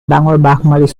ডাঙৰ